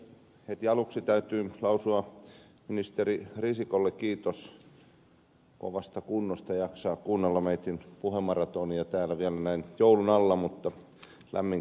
heti aluksi täytyy lausua ministeri risikolle kiitos kovasta kunnosta jaksaa kuunnella meidän puhemaratonia täällä vielä näin joulun alla lämmin kiitos siitä